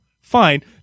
Fine